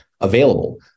available